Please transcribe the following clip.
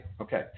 Okay